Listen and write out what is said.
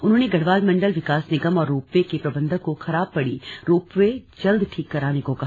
उन्होंने गढ़वाल मण्डल विकास निगम और रोपवे के प्रबन्धक को खराब पड़ी रोपवे जल्द ठीक कराने को कहा